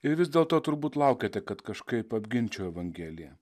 ir vis dėlto turbūt laukiate kad kažkaip apginčiau evangeliją